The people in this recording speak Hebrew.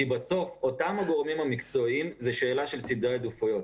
כי בסוף אותם גורמי המקצוע זה שאלה של סדרי עדיפויות.